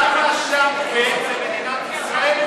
למה שם זה במדינת ישראל,